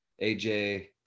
AJ